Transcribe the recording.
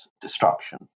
destruction